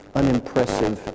unimpressive